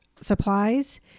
supplies